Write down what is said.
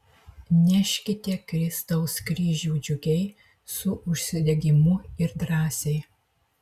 neškite kristaus kryžių džiugiai su užsidegimu ir drąsiai